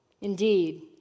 Indeed